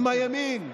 עם הימין.